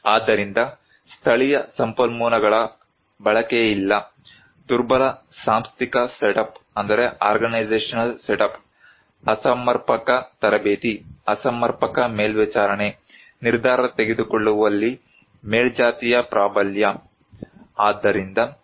ಆದ್ದರಿಂದ ಸ್ಥಳೀಯ ಸಂಪನ್ಮೂಲಗಳ ಬಳಕೆಯಿಲ್ಲ ದುರ್ಬಲ ಸಾಂಸ್ಥಿಕ ಸೆಟಪ್ ಅಸಮರ್ಪಕ ತರಬೇತಿ ಅಸಮರ್ಪಕ ಮೇಲ್ವಿಚಾರಣೆ ನಿರ್ಧಾರ ತೆಗೆದುಕೊಳ್ಳುವಲ್ಲಿ ಮೇಲ್ಜಾತಿಯ ಪ್ರಾಬಲ್ಯ